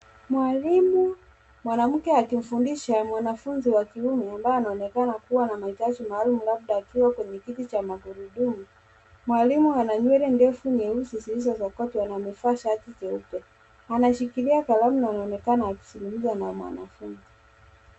Mwalimu mwanamke akimfundisha mwanafunzi wa kiume ambaye anaonekana kuwa na mahitaji maalum labda akiwa kwenye kiti cha magurudumu . Mwalimu ana nywele ndefu nyeusi zilizosokotwa na amevaa shati jeupe. Anashikilia kalamu na anaonekana akizungumza na mwanafunzi.